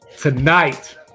Tonight